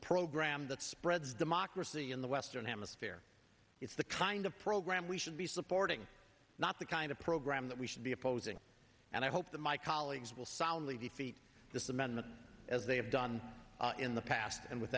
program that spreads democracy in the western hemisphere it's the kind of program we should be supporting not the kind of program that we should be opposing and i hope that my colleagues will soundly defeat this amendment as they have done in the past and with